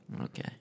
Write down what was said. Okay